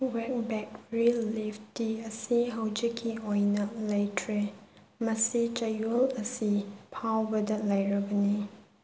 wake ꯕꯦꯛꯔꯤ ꯂꯤꯐ ꯇꯤ ꯑꯁꯤ ꯍꯧꯖꯤꯛꯀꯤ ꯑꯣꯏꯅ ꯂꯩꯇ꯭ꯔꯦ ꯃꯁꯤ ꯆꯌꯣꯜ ꯑꯁꯤ ꯐꯥꯎꯕꯗ ꯂꯩꯔꯒꯅꯤ